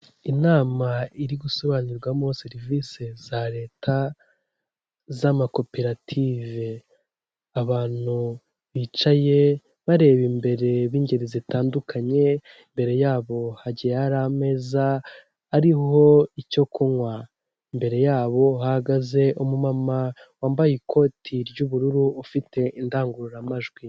Inama iri gusobanurwamo serivisi za leta z'amakoperative abantu bicaye bareba imbere b'ingeri zitandukanye, imbere yabo hagiye har’ameza ariho icyo kunywa, imbere yabo hahagaze umu mama wambaye ikoti ry'ubururu ufite indangururamajwi.